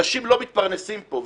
אנשים לא מתפרנסים פה.